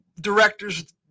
directors